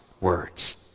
words